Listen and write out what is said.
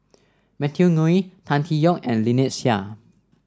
Matthew Ngui Tan Tee Yoke and Lynnette Seah